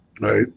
right